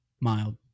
Mild